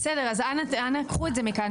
בסדר, אז אנא קחו את זה מכאן.